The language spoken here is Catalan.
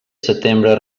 setembre